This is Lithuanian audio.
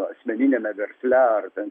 asmeniniame versle ar ten